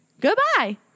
Goodbye